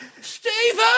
Stephen